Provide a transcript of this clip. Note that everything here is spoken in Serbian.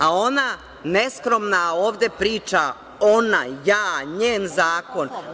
A ona neskromna ovde priča, ona, ja, njen zakon.